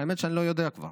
האמת שאני לא יודע כבר.